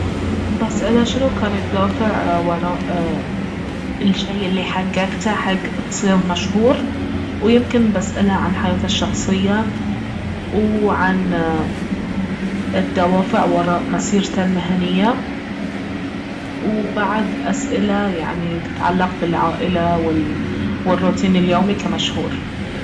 بساله شنو كان الدافع وراء الشي الي حققته حق تصير مشهور ويمكن بساله عن حياته الشخصية وعن الدوافع وراء مسيرته المهنية ويعد أسئلة يعني تتعلق بالعائلة والروتين اليومي كمشهور